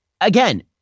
again